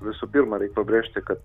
visų pirma reik pabrėžti kad